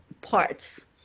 parts